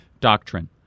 Doctrine